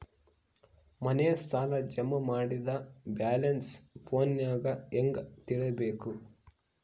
ಮನೆ ಸಾಲ ಜಮಾ ಮಾಡಿದ ಬ್ಯಾಲೆನ್ಸ್ ಫೋನಿನಾಗ ಹೆಂಗ ತಿಳೇಬೇಕು?